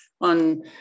on